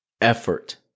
effort